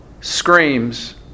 screams